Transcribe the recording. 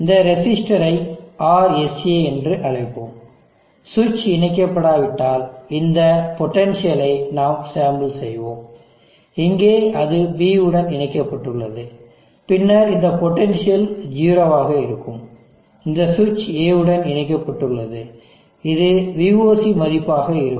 இந்த ரெசிஸ்டர் ஐ Rsa என்று அழைப்போம் சுவிட்ச் இணைக்கப்படாவிட்டால் இந்த பொட்டன்ஷியல் ஐ நாம் சாம்பிள் செய்வோம் இங்கே அது B உடன் இணைக்கப்பட்டுள்ளது பின்னர் இந்த பொட்டன்ஷியல் 0 ஆக இருக்கும் இந்த சுவிட்ச் A உடன் இணைக்கப்பட்டுள்ளது இது voc மதிப்பாக இருக்கும்